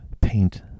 paint